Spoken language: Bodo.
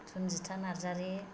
सन्जिता नार्जारी